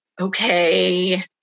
Okay